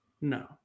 No